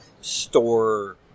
store